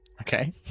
Okay